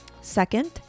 Second